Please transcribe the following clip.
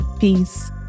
Peace